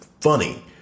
funny